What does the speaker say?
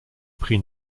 prit